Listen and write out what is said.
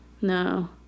No